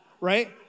Right